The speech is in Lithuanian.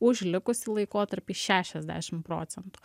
už likusį laikotarpį šešiasdešimt procentų